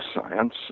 science